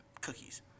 cookies